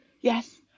Yes